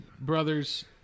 brothers